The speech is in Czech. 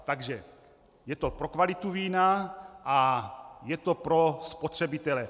Takže je to pro kvalitu vína a je to pro spotřebitele.